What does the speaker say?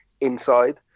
inside